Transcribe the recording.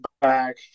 back